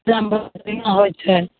होइ छै